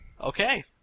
Okay